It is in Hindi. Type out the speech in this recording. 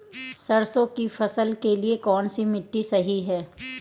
सरसों की फसल के लिए कौनसी मिट्टी सही हैं?